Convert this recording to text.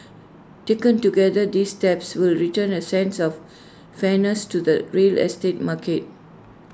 taken together these steps will return A sense of fairness to the real estate market